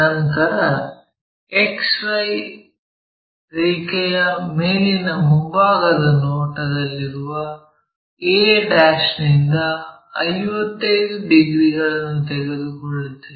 ನಂತರ XY ರೇಖೆಯ ಮೇಲಿನ ಮುಂಭಾಗದ ನೋಟದಲ್ಲಿರುವ a ನಿಂದ 55 ಡಿಗ್ರಿಗಳನ್ನು ತೆಗೆದುಕೊಳ್ಳುತ್ತೇವೆ